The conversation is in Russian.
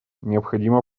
необходимо